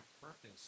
purpose